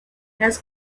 has